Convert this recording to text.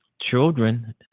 children